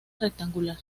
rectangular